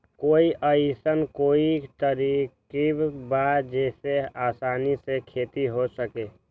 कोई अइसन कोई तरकीब बा जेसे आसानी से खेती हो सके?